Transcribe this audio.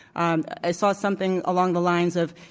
and i saw something along the lines of